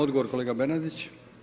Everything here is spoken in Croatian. Odgovor kolega Bernardić.